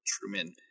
Truman